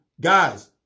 guys